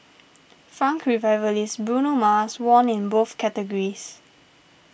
funk revivalist Bruno Mars won in both categories